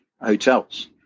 hotels